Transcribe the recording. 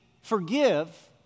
forgive